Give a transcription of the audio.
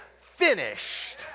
finished